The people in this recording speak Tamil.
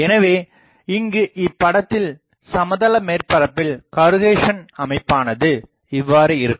எனவே இங்கு இப்படத்தில் சமதள மேற்பரப்பில் கருகேஷன் அமைப்பானது இவ்வாறு இருக்கும்